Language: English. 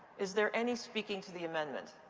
is there any speaking to the amendment?